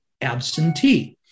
absentee